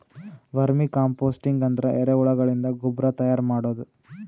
vermi composting ಅಂದ್ರ ಎರಿಹುಳಗಳಿಂದ ಗೊಬ್ರಾ ತೈಯಾರ್ ಮಾಡದು